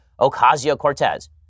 Ocasio-Cortez